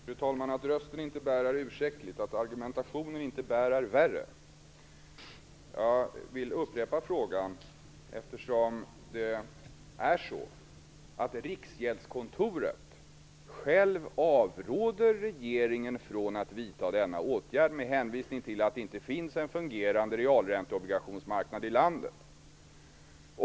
Fru talman! Att rösten inte bär är ursäktligt, att argumentationen inte bär är värre. Jag vill upprepa frågan. Riksgäldskontoret avråder självt regeringen från att vidta denna åtgärd med hänvisning till att det inte finns en fungerande realränteobligationsmarknad i landet.